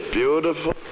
beautiful